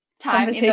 time